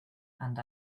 and